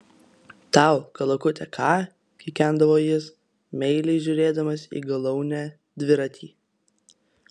tau kalakute ką kikendavo jis meiliai žiūrėdamas į galaunę dviratį